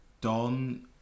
Don